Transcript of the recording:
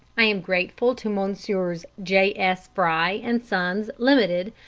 i am grateful to messrs. j s. fry and sons, limited,